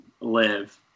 live